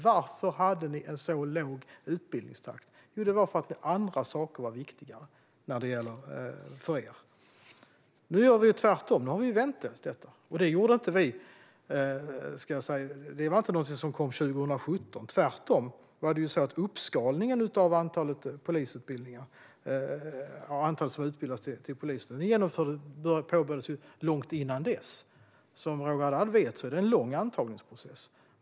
Varför hade ni en så låg utbildningstakt? Jo, det var för att andra saker var viktigare för er. Nu gör vi tvärtom. Nu har vi vänt detta. Det var inte någonting som kom 2017. Tvärtom var det så att uppskalningen av antalet som utbildas till poliser ju påbörjades långt innan dess. Som Roger Haddad vet är det en lång antagningsprocess.